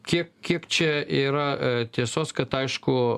kiek kiek čia yra tiesos kad aišku